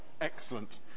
Excellent